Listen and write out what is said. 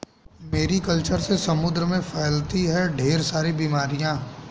Mary culture से समुद्र में फैलती है ढेर सारी बीमारियां